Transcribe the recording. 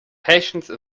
patience